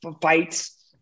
fights